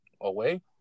away